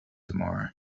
tomorrow